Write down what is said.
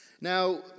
Now